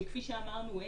כפי שאמרנו,